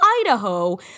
Idaho